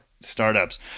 startups